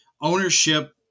ownership